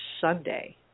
Sunday